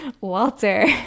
Walter